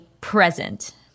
present